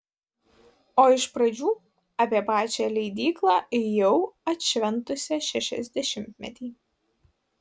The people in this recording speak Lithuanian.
o iš pradžių apie pačią leidyklą jau atšventusią šešiasdešimtmetį